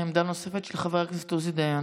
עמדה נוספת, לחבר הכנסת עוזי דיין.